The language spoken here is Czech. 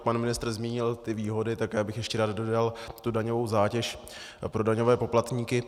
Pan ministr zmínil ty výhody, tak já bych ještě rád dodal tu daňovou zátěž pro daňové poplatníky.